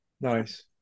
Nice